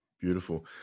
beautiful